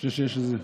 כן.